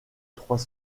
trois